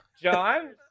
John